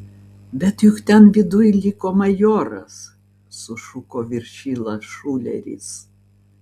bet juk ten viduj liko majoras sušuko viršila šuleris